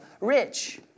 rich